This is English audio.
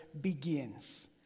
begins